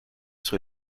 sur